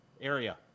area